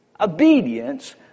obedience